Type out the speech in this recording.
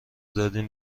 دادین